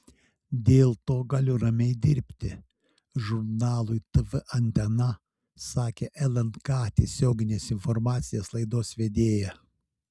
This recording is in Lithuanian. dėl to galiu ramiai dirbti žurnalui tv antena sakė lnk tiesioginės informacinės laidos vedėja